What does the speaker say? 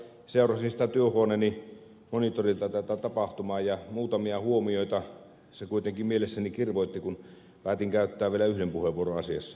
seurasin työhuoneeni monitorilta tätä tapahtumaa ja muutamia huomioita se kuitenkin mielessäni kirvoitti kun päätin käytin päättää vielä yhden puheenvuoron asiassa